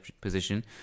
position